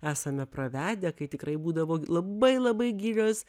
esame pravedę kai tikrai būdavo labai labai gilios